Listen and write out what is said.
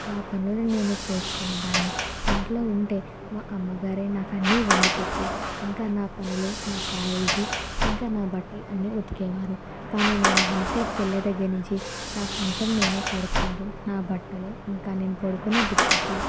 పనులను నేను చేసుకునేదాన్ని ఇంట్లో ఉంటే మా అమ్మగారే నాకు అన్నీ వండిపెట్టి ఇంకా నా పనులు నా క్యారేజీ ఇంకా నా బట్టలు అన్ని ఉతికేవారు కానీ నేను హాస్టల్కి వెళ్లినదగ్గర్నుంచి నా కంచం నేనే కడుక్కుంటూ నా బట్టలు ఇంకా నేను పడుకునే దుప్పట్లు